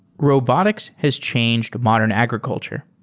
robotics has changed modern agriculture.